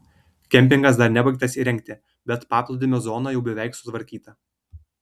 kempingas dar nebaigtas įrengti bet paplūdimio zona jau beveik sutvarkyta